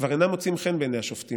כבר אינם מוצאים חן בעיני השופטים